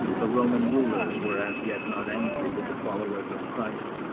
the roman rulers were as yet not angry with the followers of christ.